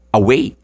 away